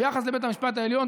ביחס לבית המשפט העליון.